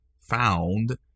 found